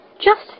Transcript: Just